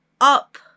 up